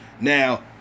Now